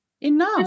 enough